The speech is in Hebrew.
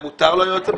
אדוני היושב-ראש,